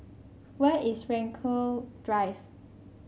where is Frankel Drive